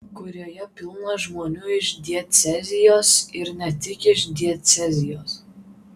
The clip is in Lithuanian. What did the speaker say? kurijoje pilna žmonių iš diecezijos ir ne tik iš diecezijos